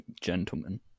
gentlemen